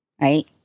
right